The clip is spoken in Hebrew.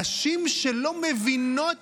נשים שלא מבינות